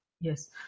Yes